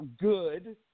good